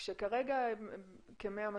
כשכרגע הם כ-100,000,